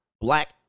black